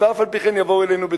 ואף-על-פי-כן יבואו אלינו בצרות.